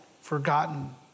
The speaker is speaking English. forgotten